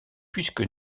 puisque